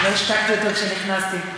לא השתקתי אותו כשנכנסתי.